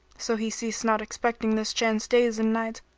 so he ceased not expecting this chance days and nights,